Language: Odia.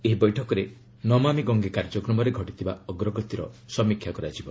ଏହି ବୈଠକରେ ନମାମୀ ଗଙ୍ଗେ କାର୍ଯ୍ୟକ୍ରମରେ ଘଟିଥିବା ଅଗ୍ରଗତିର ସମୀକ୍ଷା କରାଯିବ